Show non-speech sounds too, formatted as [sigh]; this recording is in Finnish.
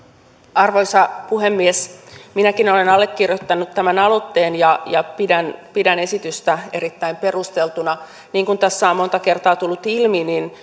arvoisa puhemies minäkin olen allekirjoittanut tämän aloitteen ja ja pidän pidän esitystä erittäin perusteltuna niin kuin tässä on monta kertaa tullut ilmi [unintelligible]